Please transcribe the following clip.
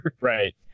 right